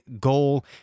Goal